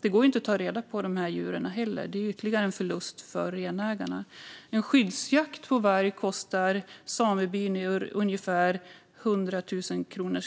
Det går inte heller att ta reda på dessa djur. Det är ytterligare en förlust för renägarna. En skyddsjakt på varg kostar samebyn ungefär 100 000 kronor.